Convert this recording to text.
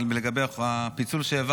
התשפ"ג 2022,